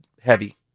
heavy